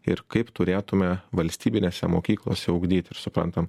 ir kaip turėtume valstybinėse mokyklose ugdyti ir suprantam